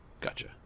gotcha